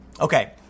Okay